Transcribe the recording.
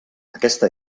aquesta